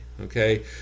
Okay